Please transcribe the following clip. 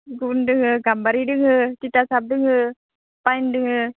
सिगुन दोङो गाम्बारि दोङो थिथासाप दोङो पाइन दोङो